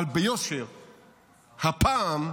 אבל ביושר, הפעם,